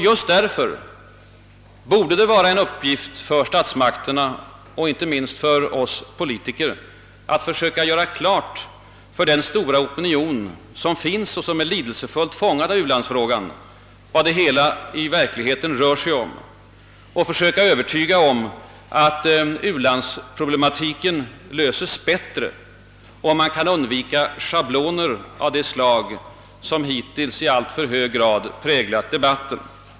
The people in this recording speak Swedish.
Just därför borde det vara en uppgift för statsmakterna och inte minst för oss politiker att försöka göra klart för den starka opinion, som är lidelsefullt fångad av u-landsfrågan, vad det hela i verkligheten gäller och övertyga om att ulandsproblematiken löses bättre, om man kan undvika schabloner av det slag som hittills i alltför hög grad präglat debatten.